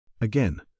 Again